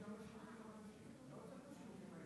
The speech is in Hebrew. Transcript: הוא ישתמש גם בשירותים החדשים,